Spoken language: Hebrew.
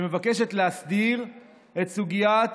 שמבקשת להסדיר את סוגיית